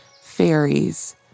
fairies—